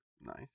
Nice